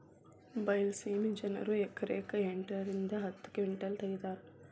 ಬೈಲಸೇಮಿ ಜನರು ಎಕರೆಕ್ ಎಂಟ ರಿಂದ ಹತ್ತ ಕಿಂಟಲ್ ತಗಿತಾರ